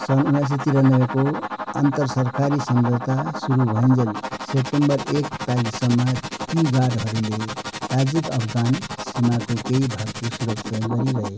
सन् उन्नाइस सय तिरानब्बेको अन्तरसरकारी सम्झौता सुरु भइन्जेल सेप्टेम्बर एक तारिखसम्म ती गार्डहरूले ताजिक अफगान सीमाको केही भागको सुरक्षा गरिरहे